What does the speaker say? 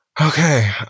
Okay